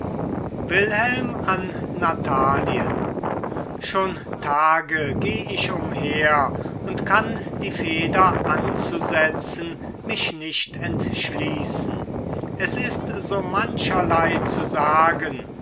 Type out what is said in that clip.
wilhelm an natalien schon tage geh ich umher und kann die feder anzusetzen mich nicht entschließen es ist so mancherlei zu sagen